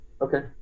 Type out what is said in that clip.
Okay